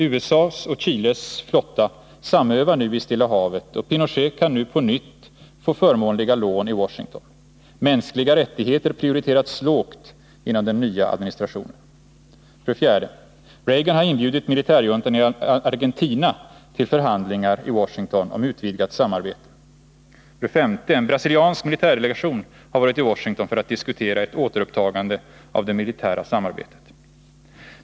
USA:s och Chiles flotta samövar nu i Stilla havet, och Pinochet kan nu på nytt få förmånliga lån i Washington. Mänskliga rättigheter prioriteras lågt inom den nya administrationen. 4. Reagan har inbjudit militärjuntan i Argentina till förhandlingar i Washington om en utvidgning av samarbetet. 5. En brasiliansk militärdelegation har varit i Washington för att diskutera ett återupptagande av det militära samarbetet.